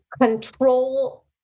control